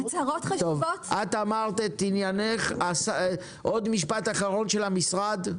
את אמרת את עניינך, עוד משפט אחרון של המשרד.